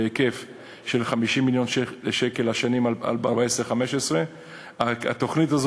בהיקף של 50 מיליון שקל לשנים 2014 2015. התוכנית הזאת